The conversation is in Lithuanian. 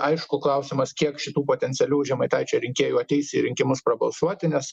aišku klausimas kiek šitų potencialių žemaitaičio rinkėjų ateis į rinkimus prabalsuoti nes